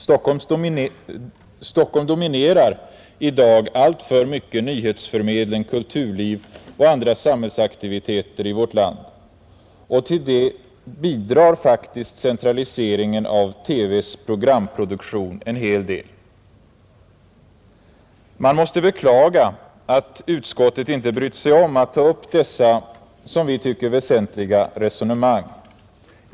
Stockholm dominerar i dag alltför mycket nyhetsförmedling, kulturliv och andra samhällsaktiviteter i vårt land, och till det bidrar faktiskt centraliseringen av TV:s programproduktion en hel del. Man måste beklaga att utskottet inte har brytt sig om att ta upp dessa, som vi tycker, väsentliga resonemang.